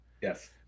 Yes